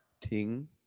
ting